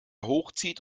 hochzieht